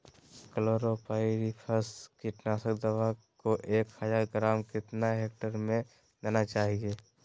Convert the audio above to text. Chlorpyrifos कीटनाशक दवा को एक हज़ार ग्राम कितना हेक्टेयर में देना चाहिए?